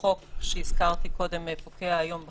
החוק שהזכרתי קודם פוקע היום בחצות,